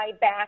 back